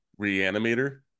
Reanimator